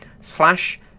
slash